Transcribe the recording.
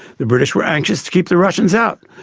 the british were anxious to keep the russians out.